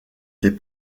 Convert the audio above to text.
des